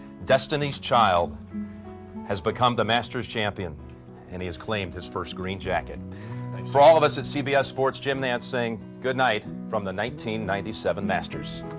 destiny's child has become the masters champion and has claimed his first green jacket for all of us at cbs sports jim nance saying good night from the nineteen-ninety-seven masters